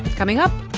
coming up,